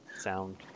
sound